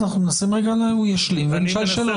הוא ישלים ונשאל שאלות.